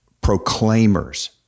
proclaimers